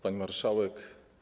Pani Marszałek!